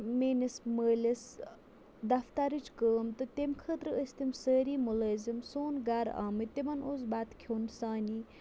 میٛٲنِس مٲلِس دَفتَرٕچ کٲم تہٕ تیٚمہِ خٲطرٕ ٲسۍ تِم سٲری مُلٲزِم سون گَرٕ آمٕتۍ تِمَن اوس بَتہٕ کھیوٚن سانی